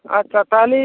আচ্ছা তাহলে